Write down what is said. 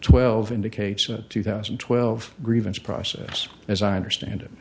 twelve indicates a two thousand and twelve grievance process as i understand it